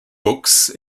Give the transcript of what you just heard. books